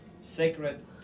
sacred